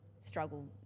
struggle